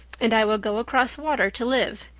and i would go across water to live.